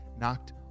knocked